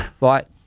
Right